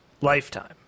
Lifetime